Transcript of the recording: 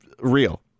real